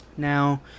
now